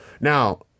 Now